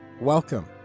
Welcome